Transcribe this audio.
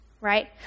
right